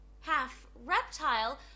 half-reptile